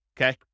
Okay